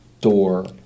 door